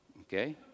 Okay